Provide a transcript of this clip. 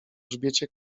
grzbiecie